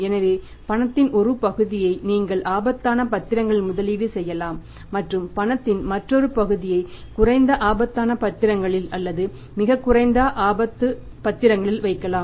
எனவே பணத்தின் ஒரு பகுதியை நீங்கள் ஆபத்தான பத்திரங்களில் முதலீடு செய்யலாம் மற்றும் பணத்தின் மற்றொரு பகுதியை குறைந்த ஆபத்தான பத்திரங்களில் அல்லது மிகக் குறைந்த ஆபத்து பத்திரங்களில் வைக்கலாம்